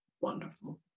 Wonderful